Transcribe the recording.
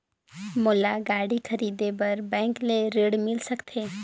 मोला गाड़ी खरीदे बार बैंक ले ऋण मिल सकथे?